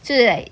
就是 like